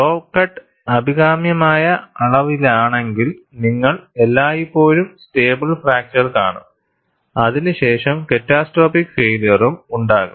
so cut അഭികാമ്യമായ അളവിലാണെങ്കിൽ നിങ്ങൾ എല്ലായ്പ്പോഴും സ്റ്റേബിൾ ഫ്രാക്ചർ കാണും അതിനുശേഷം ക്യാറ്റസ്ട്രോപ്പിക് ഫൈയില്യറും ഉണ്ടാകും